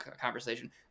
conversation